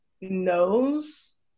knows